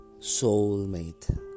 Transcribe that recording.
soulmate